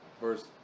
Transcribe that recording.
First